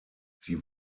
sie